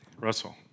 Russell